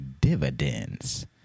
Dividends